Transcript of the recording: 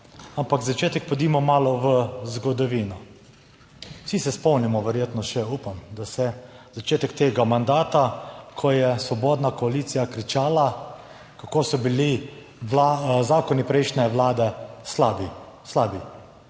Ampak začetek pojdimo malo v zgodovino. Vsi se spomnimo verjetno še - upam, da se - začetek tega mandata, ko je svobodna koalicija kričala, kako so bili zakoni prejšnje vlade slabi.